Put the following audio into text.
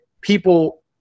people